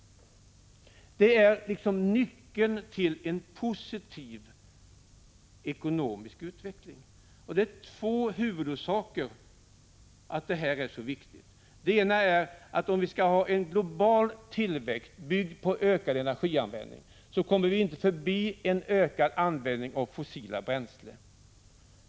Det är liksom nyckeln till en positiv ekonomisk utveckling. Två huvudorsaker finns till detta. Den ena är att om vi skall ha en global tillväxt, byggd på ökad energianvändning, kommer vi inte förbi en ökad användning av fossila bränslen.